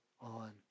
on